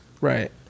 Right